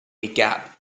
gap